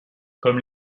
comme